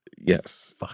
Yes